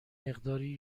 مقداری